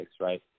right